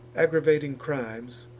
aggravating crimes,